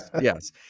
yes